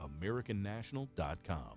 AmericanNational.com